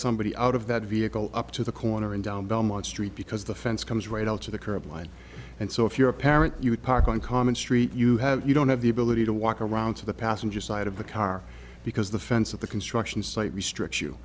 somebody out of that vehicle up to the corner and down belmont street because the fence comes right out to the curb line and so if you're a parent you would park on common street you have you don't have the ability to walk around to the passenger side of the car because the fence at the construction site restricts you